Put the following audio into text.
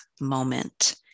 moment